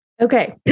Okay